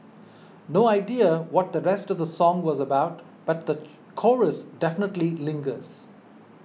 no idea what the rest of the song was about but the chorus definitely lingers